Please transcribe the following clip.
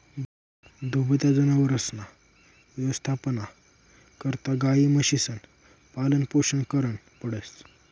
दुभत्या जनावरसना यवस्थापना करता गायी, म्हशीसनं पालनपोषण करनं पडस